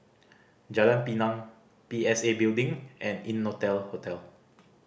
Jalan Pinang P S A Building and Innotel Hotel